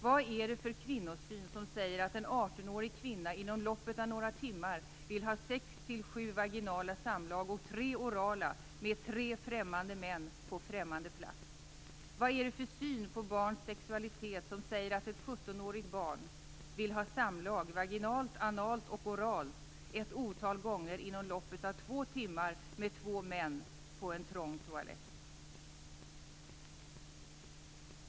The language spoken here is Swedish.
Vad är det för kvinnosyn som säger att en 18-årig kvinna inom loppet av några timmar vill ha sex sju vaginala samlag och tre orala med tre främmande män på främmande plats? Vad är det för syn på barns sexualitet som säger att ett 17-årigt barn vill ha samlag vaginalt, analt och oralt ett otal gånger inom loppet av två timmar med två män på en trång toalett?